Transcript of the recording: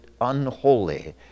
unholy